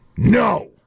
No